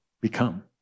become